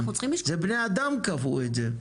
זה בני אדם קבעו את זה,